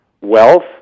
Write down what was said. wealth